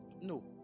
no